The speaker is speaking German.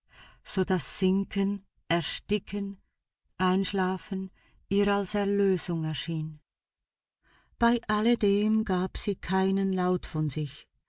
so daß sinken ersticken einschlafen ihr als erlösung erschien bei alledem gab sie keinen laut von sich